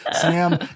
Sam